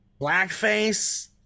blackface